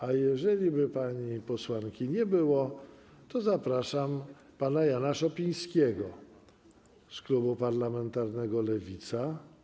A jeżeliby pani posłanki nie było, to zapraszam pana posła Jana Szopińskiego z klubu parlamentarnego Lewica.